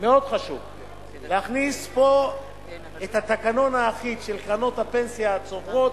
מאוד להכניס פה את התקנון האחיד של קרנות הפנסיה הצוברות,